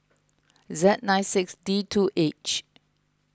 Z nine six D two H